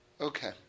Okay